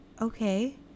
okay